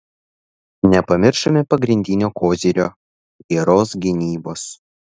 nepamiršome pagrindinio kozirio geros gynybos